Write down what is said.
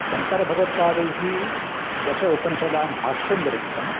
शङ्करभगवत्पादैः दश उपनिषदां भाष्यं विरचितम्